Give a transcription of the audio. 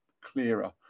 clearer